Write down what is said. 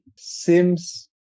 seems